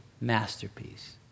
masterpiece